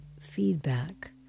feedback